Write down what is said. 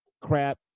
crap